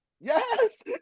Yes